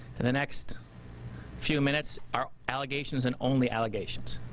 the next few minutes, are allegations and only allegations.